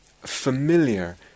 familiar